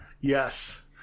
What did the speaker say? Yes